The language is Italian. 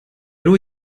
lui